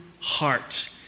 heart